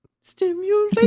stimulation